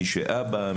מי שאבא,